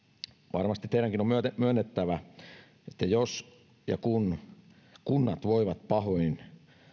varmasti teidänkin on myönnettävä että jos ja kun kunnat voivat pahoin